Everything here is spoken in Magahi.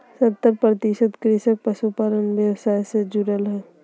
सत्तर प्रतिशत कृषक पशुपालन व्यवसाय से जुरल हइ